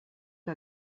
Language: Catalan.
que